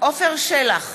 עפר שלח,